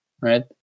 right